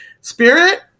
spirit